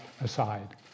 aside